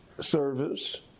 service